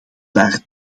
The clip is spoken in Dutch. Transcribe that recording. daar